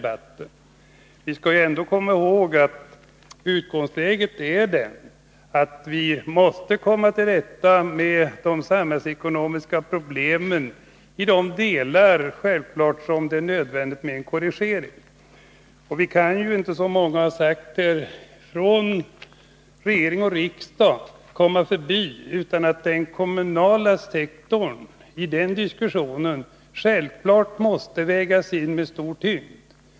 Låt oss komma ihåg att utgångsläget är att vi ändå måste komma till rätta med de samhällsekonomiska problemen, inte minst på de områden där det är nödvändigt med en korrigering av ogynnsamma trender. Regering och riksdag kan inte, som många redan har sagt, komma förbi att den kommunala sektorn därvidlag måste vägas in med stor tyngd.